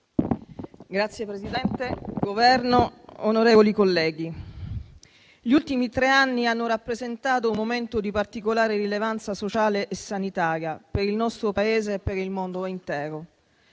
rappresentanti del Governo, onorevoli colleghi, gli ultimi tre anni hanno rappresentato un momento di particolare rilevanza sociale e sanitaria per il nostro Paese e per il mondo intero.